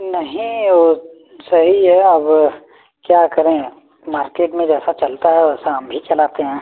नहीं वो सही है अब क्या करें मार्केट में जैसा चलता है वैसा हम भी चलाते हैं